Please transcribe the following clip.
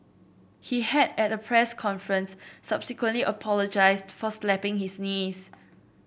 he had at a press conference subsequently apologised for slapping his niece